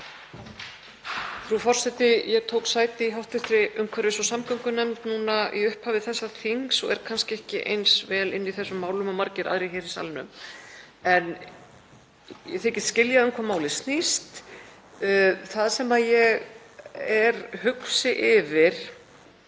Frú forseti. Ég tók sæti í hv. umhverfis- og samgöngunefnd í upphafi þessa þings og er kannski ekki eins vel inni í þessum málum og margir aðrir hér í salnum en ég þykist skilja um hvað málið snýst. Það sem ég er hugsi yfir